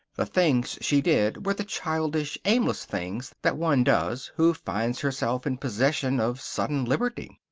the things she did were the childish, aimless things that one does who finds herself in possession of sudden liberty.